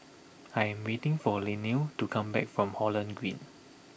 I am waiting for Linnea to come back from Holland Green